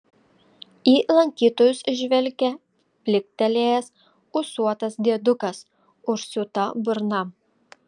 į lankytojus žvelgia pliktelėjęs ūsuotas diedukas užsiūta burna